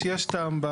יש טעם.